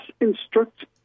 instruct